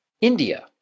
India